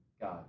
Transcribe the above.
God